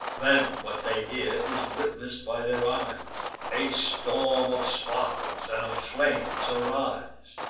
then, what they hear, is witness'd by their eyes a storm of sparkles and of flames arise.